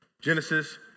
Genesis